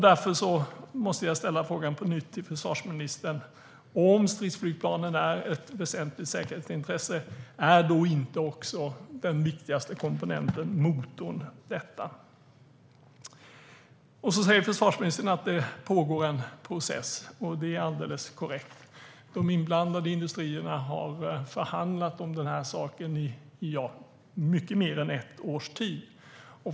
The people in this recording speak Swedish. Därför måste jag ställa frågan på nytt till försvarsministern: Om stridsflygplanen är ett väsentligt säkerhetsintresse, är då inte också den viktigaste komponenten motorn detta? Försvarsministern säger att det pågår en process. Det är alldeles korrekt. De inblandade industrierna har förhandlat om saken i mycket mer än ett års tid.